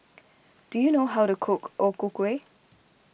do you know how to cook O Ku Kueh